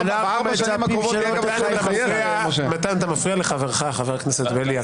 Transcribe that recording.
--- מתן, אתה מפריע לחברך חבר הכנסת בליאק.